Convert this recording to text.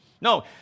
No